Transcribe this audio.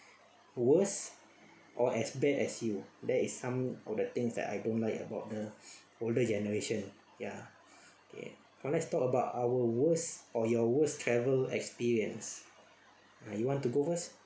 worst or as bad as you that is some of the things that I don't like about the older generation ya yeah now let's talk about our worst or your worst travel experience ah you want to go first